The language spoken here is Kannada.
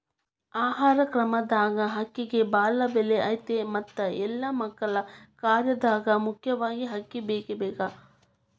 ಆಹಾರ ಕ್ರಮದಾಗ ಅಕ್ಕಿಗೆ ಬಾಳ ಬೆಲೆ ಐತಿ ಮತ್ತ ಎಲ್ಲಾ ಮಗಳ ಕಾರ್ಯದಾಗು ಮುಖ್ಯವಾಗಿ ಅಕ್ಕಿ ಬೇಕಬೇಕ